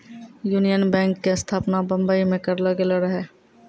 union Bank के स्थापना बंबई मे करलो गेलो रहै